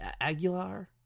Aguilar